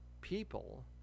people